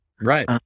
Right